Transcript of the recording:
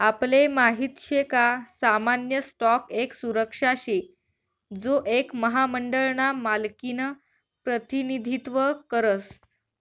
आपले माहित शे का सामान्य स्टॉक एक सुरक्षा शे जो एक महामंडळ ना मालकिनं प्रतिनिधित्व करस